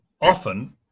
often